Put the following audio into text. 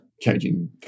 changing